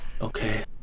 Okay